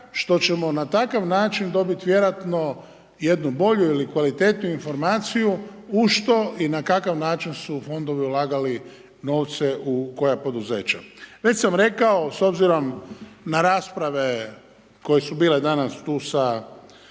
što ćemo na takav način dobiti vjerojatno jedinu bolju ili kvalitetniju informaciju u što i na kakav način su fondovi ulagali novce u koja poduzeća. Već sam rekao s obzirom na rasprave koje su bile danas tu sa